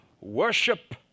worship